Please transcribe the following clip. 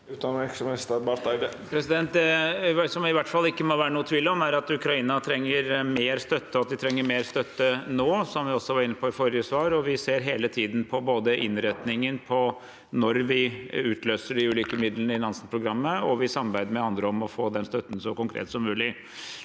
Utenriksminister Espen Barth Eide Det som det i hvert fall ikke må være noen tvil om, er at Ukraina trenger mer støtte, og at de trenger mer støtte nå, som jeg også var inne på i forrige svar. Vi ser hele tiden på innretningen når vi utløser de ulike midlene i Nansen-programmet, og vi samarbeider med andre om å få den støtten så konkret som mulig.